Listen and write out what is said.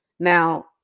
Now